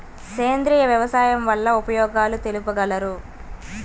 సేంద్రియ వ్యవసాయం వల్ల ఉపయోగాలు తెలుపగలరు?